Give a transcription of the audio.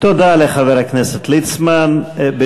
תודה לחבר הכנסת ליצמן.